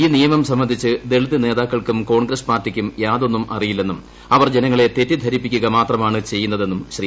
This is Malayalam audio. ഈ നിയമം സംബന്ധിച്ച് ദളിത് നേതാക്കൾക്കും കോൺഗ്രസ് പാർട്ടിക്കും യാതൊന്നും അറിയില്ലെന്നും അവർ ജനങ്ങളെ തെറ്റിദ്ധരിപ്പിക്കുക മാത്രമാണ് ചെയ്യുന്നതെന്നും ശ്രീ